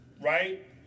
right